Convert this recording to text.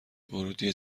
ورودی